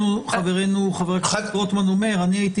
חברנו חבר הכנסת רוטמן אומר: אני הייתי